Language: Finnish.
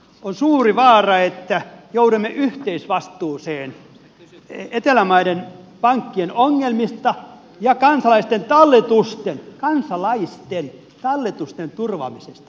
on suuri vaara että joudumme yhteisvastuuseen etelän maiden pankkien ongelmista ja kansalaisten talletusten kansalaisten talletusten turvaamisesta